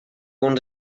want